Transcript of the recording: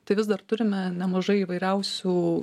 tai vis dar turime nemažai įvairiausių